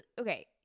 okay